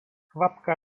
kvapka